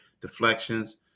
deflections